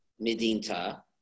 Medinta